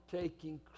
taking